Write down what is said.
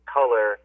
color